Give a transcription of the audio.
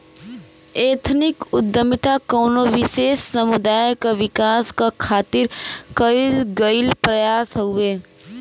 ethnic उद्दमिता कउनो विशेष समुदाय क विकास क खातिर कइल गइल प्रयास हउवे